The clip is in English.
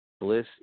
Bliss